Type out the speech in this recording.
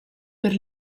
per